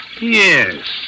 Yes